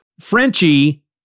Frenchie